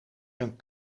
een